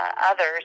others